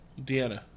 Deanna